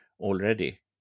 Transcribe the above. Already